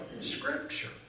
Scripture